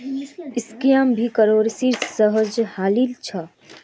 सिक्काक भी करेंसीर जोगोह हासिल छ